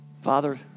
Father